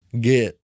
get